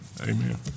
Amen